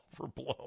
overblown